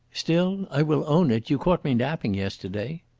still, i will own it, you caught me napping yesterday.